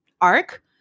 arc